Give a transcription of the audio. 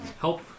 help